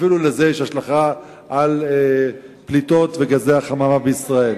אפילו לזה יש השלכה על פליטות וגזי החממה בישראל.